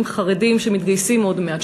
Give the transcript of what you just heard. ישיבה של חברים חרדים שמתגייסים עוד מעט,